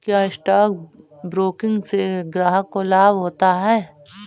क्या stock broking से ग्राहक को लाभ होता है?